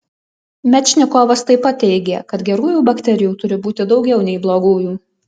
mečnikovas taip pat teigė kad gerųjų bakterijų turi būti daugiau nei blogųjų